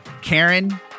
Karen